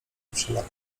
wszelaka